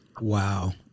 Wow